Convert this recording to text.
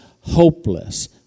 hopeless